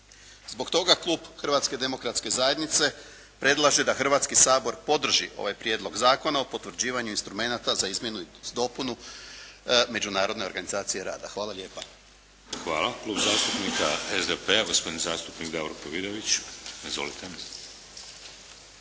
Zbog toga, Klub Hrvatske demokratske zajednice predlaže da Hrvatski sabor podrži ovaj Prijedlog zakona o potvrđivanju instrumenata za izmjenu i dopunu Međunarodne organizacije rada. Hvala lijepa. **Šeks, Vladimir (HDZ)** Hvala. Klub zastupnika SDP-a, gospodin zastupnik Davorko Vidović. Izvolite.